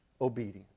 obedience